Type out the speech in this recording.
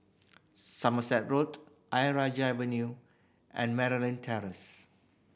Somerset Road Ayer Rajah Avenue and Terrace